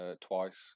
twice